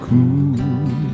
Cool